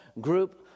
group